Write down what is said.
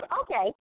Okay